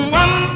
one